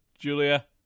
Julia